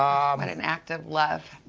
um and an act of love.